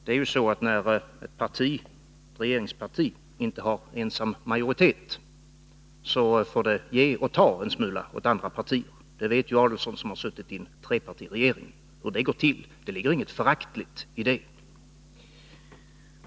Det är ju så att när ett regeringsparti inte ensamt har majoritet, får det ge och ta en smula åt andra partier. Ulf Adelsohn, som har suttit i trepartiregeringar, vet hur det går till. Det ligger inget föraktligt i detta.